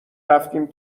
رفتیم